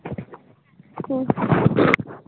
ᱦᱮᱸ